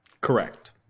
Correct